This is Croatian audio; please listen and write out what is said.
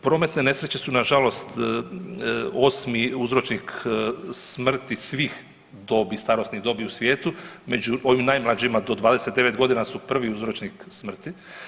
Prometne nesreće su nažalost 8. uzročnik smrti svih dobi, starosnih dobi u svijetu, među ovim najmlađima, do 29 godina su prvi uzročnik smrti.